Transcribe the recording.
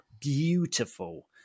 beautiful